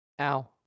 Ow